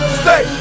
stay